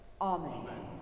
Amen